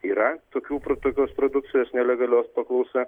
yra tokių pro tokios produkcijos nelegalios paklausa